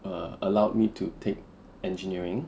err allowed me to take engineering